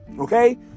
Okay